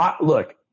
Look